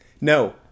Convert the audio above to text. no